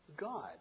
God